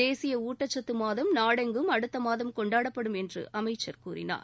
தேசிய ஊட்டச்சத்து மாதம் நாடெங்கும் அடுத்த மாதம் கொண்டாடப்படும் என்று அமைச்சர் கூறினார்